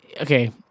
Okay